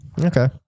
Okay